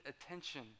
attention